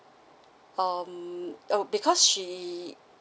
um oh because she